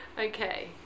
Okay